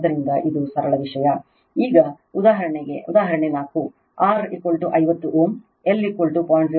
ಆದ್ದರಿಂದ ಇದು ಸರಳ ವಿಷಯ ಈಗ ಉದಾಹರಣೆ 4 R 50 Ω L 0